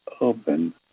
open